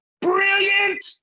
Brilliant